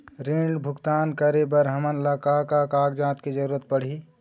ऋण भुगतान करे बर हमन ला का का कागजात के जरूरत पड़ही?